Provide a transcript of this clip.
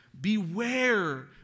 beware